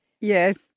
Yes